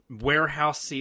warehouse